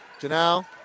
Janelle